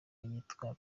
yitwa